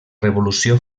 revolució